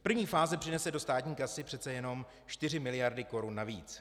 První fáze přinese do státní kasy přece jenom 4 mld. korun navíc.